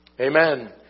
Amen